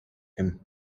him